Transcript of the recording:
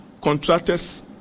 contractors